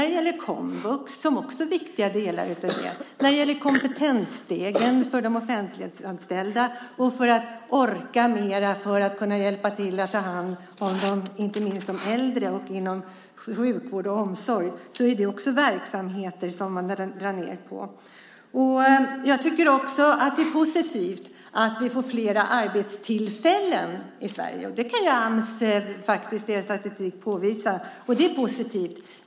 Det gäller komvux som också är en viktig del av detta. Det gäller Kompetensstegen för de offentliganställda, att orka mer för att kunna hjälpa till att ta hand om inte minst de äldre inom sjukvård och omsorg. Det är också verksamheter som man drar ned på. Jag tycker också att det är positivt att vi får fler arbetstillfällen i Sverige. Det kan ju Ams faktiskt i statistik påvisa. Det är positivt.